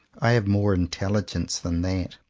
i have more intelligence than that.